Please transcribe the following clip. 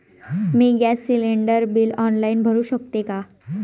मी gas cylinder bill online भरु शकते का?